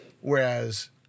Whereas